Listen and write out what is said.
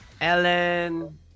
Ellen